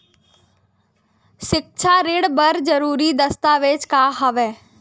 सिक्छा ऋण बर जरूरी दस्तावेज का हवय?